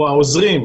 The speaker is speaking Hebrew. או העוזרים,